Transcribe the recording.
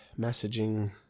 messaging